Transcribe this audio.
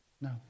No